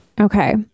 Okay